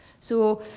so